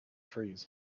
trees